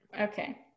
Okay